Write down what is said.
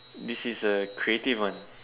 this is a creative one